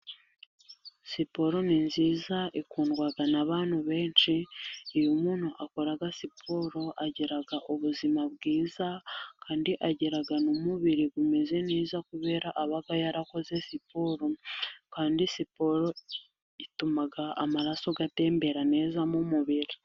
Siporo ni nziza ikundwa n'abantu benshi, iyo umuntu akora siporo, agira ubuzima bwiza, kandi agira nu'mubiri umeze neza kubera aba yarakoze siporo, kandi siporo ituma amaraso atembera neza mu mubiri.